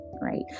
Right